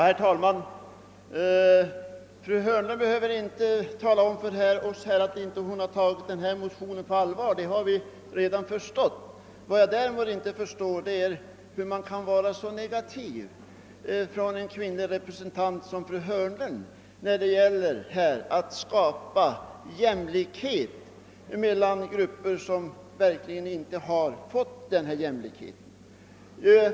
Herr talman! Fru Hörnlund behöver inte tala om för oss att hon inte har tagit våra motioner på allvar; det har vi redan förstått av hennes negativa inställning. Vad jag däremot inte förstår är hur en kvinnlig representant som fru Hörnlund kan vara så negativ när det gäller att skapa jämlikhet och valfrihet för grupper, som verkligen inte har fått någon sådan.